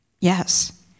yes